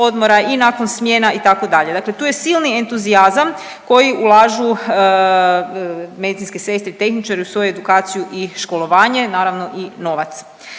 i nakon smjena, itd., dakle tu je silni entuzijazam koji ulažu medicinske sestre i tehničari u svoju edukaciju i školovanje, naravno i novac.